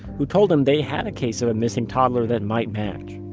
who told him they had a case of a missing toddler that might match.